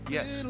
Yes